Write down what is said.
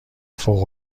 فوق